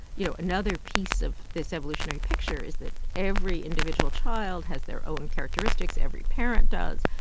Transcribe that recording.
you know, another piece of this evolutionary picture is that every individual child has their own characteristics. every parent does.